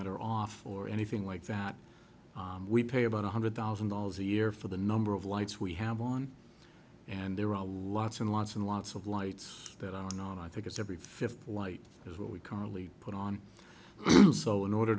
that are off or anything like that we pay about one hundred thousand dollars a year for the number of lights we have on and there are lots and lots and lots of lights that are not i think it's every fifth light is what we can really put on also in order